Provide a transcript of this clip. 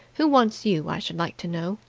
who wants you, i should like to know!